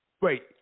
Wait